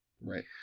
Right